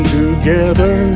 together